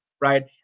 right